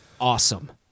awesome